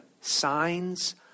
signs